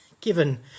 given